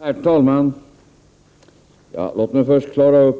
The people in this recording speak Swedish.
Herr talman! Låt mig först klargöra